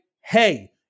hey